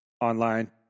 online